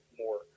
more